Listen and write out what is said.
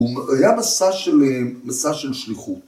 ‫הוא היה מסע של, מסע של שליחות.